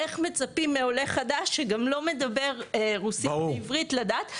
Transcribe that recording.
איך מצפים מעולה חדש שגם לא מדבר עברית לדעת.